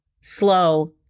slow